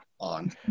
on